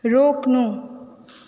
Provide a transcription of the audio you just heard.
रोक्नु